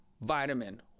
vitamin